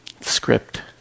script